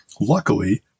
luckily